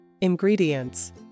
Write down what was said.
Ingredients